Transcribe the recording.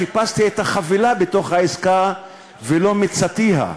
חיפשתי את החבילה בתוך העסקה ולא מצאתיה.